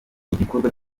igikorwa